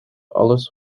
alles